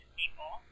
people